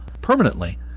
permanently